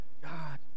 God